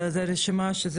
הרשימה,